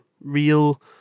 real